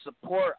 support